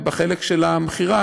בחלק של המכירה,